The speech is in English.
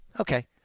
Okay